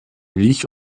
milch